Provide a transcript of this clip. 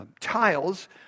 tiles